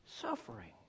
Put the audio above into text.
suffering